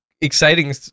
exciting